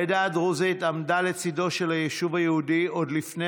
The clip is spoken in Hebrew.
העדה הדרוזית עמדה לצידו של היישוב היהודי עוד לפני